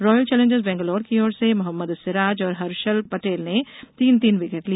Royals Challengers Bangalore की ओर से मोहम्मद सिराज और हर्षल पटेल ने तीन तीन विकेट लिए